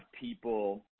people